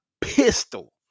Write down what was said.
pistol